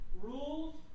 Rules